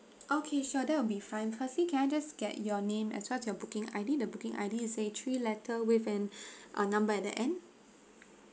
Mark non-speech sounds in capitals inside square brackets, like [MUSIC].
okay sure that will be fine firstly can I just get your name as well as your booking I_D the booking I_D is a three letter with an [BREATH] uh number at the end